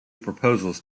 proposals